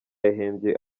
yahembye